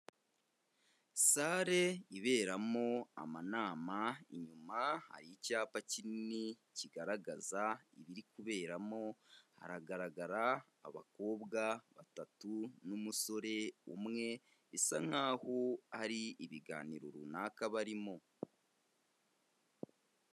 Sale iberamo amanama inyuma hari icyapa kinini kigaragaza ibiri kuberamo, haragaragara abakobwa batatu n'umusore umwe bisa nkaho hari ibiganiro runaka barimo.